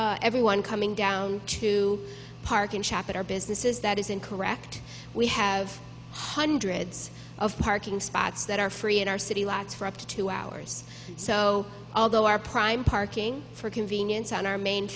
charge everyone coming down to park in shop at our businesses that isn't correct we have hundreds of parking spots that are free in our city lots for up to two hours so although our prime parking for convenience on our main